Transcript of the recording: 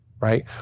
Right